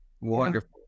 wonderful